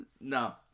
No